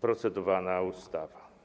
procedowana ustawa.